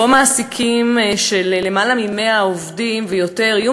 שבו מעסיקים של 100 עובדים או יותר יהיו